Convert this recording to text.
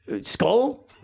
Skull